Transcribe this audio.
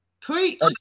preach